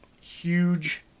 huge